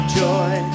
joy